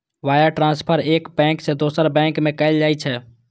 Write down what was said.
wire transfer एक bank सं दोसर बैंक में कैल जाइ छै